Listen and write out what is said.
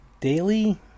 Daily